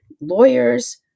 lawyers